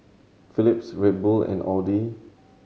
Philips Red Bull and Audi